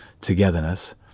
togetherness